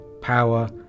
power